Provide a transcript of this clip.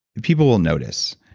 people will notice.